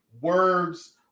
words